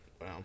wow